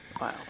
Wow